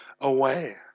away